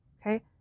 Okay